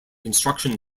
construction